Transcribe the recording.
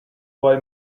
boy